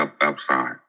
upside